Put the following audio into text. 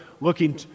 looking